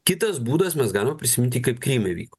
kitas būdas mes galima prisiminti kaip kryme vyko